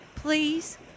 Please